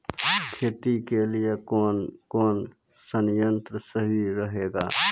खेती के लिए कौन कौन संयंत्र सही रहेगा?